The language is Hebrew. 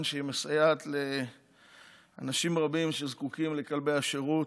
שהיא מסייעת לאנשים רבים שזקוקים לכלבי השירות.